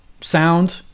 sound